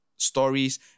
stories